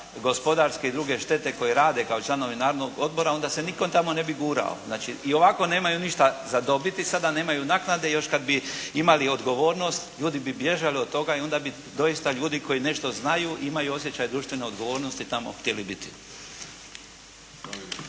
gospodarske i druge štete koje rade kao članovi nadzornog odbora onda se nitko tamo ne bi gurao. Znači, i ovako nemaju ništa za dobiti, sada da nemaju naknade još kada bi imali odgovornost, ljudi bi bježali od toga i onda bi doista ljudi koji nešto znaju imaju osjećaj društvene odgovornosti tamo htjeli biti.